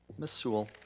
miss sewell,